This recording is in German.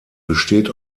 besteht